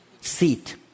seat